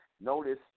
Notice